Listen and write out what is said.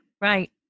Right